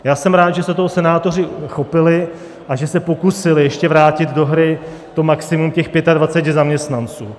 Já jsem rád, že se toho senátoři chopili a že se pokusili ještě vrátit do hry to maximum těch 25 zaměstnanců.